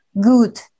good